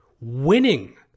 winning